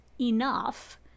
enough